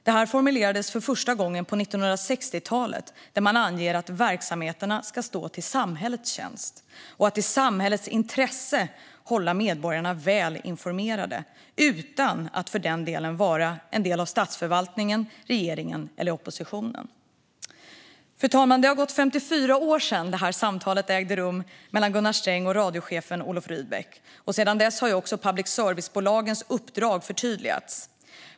Detta formuleras för första gången på 1960-talet, då man anger att verksamheterna ska stå till samhällets tjänst och i samhällets intresse hålla medborgarna väl informerade utan att för den skull vara en del av statsförvaltningen, regeringen eller oppositionen. Fru talman! Det har gått 54 år sedan samtalet mellan Gunnar Sträng och radiochefen Olof Rydbeck. Sedan dess har också public service-bolagens uppdrag förtydligats.